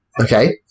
Okay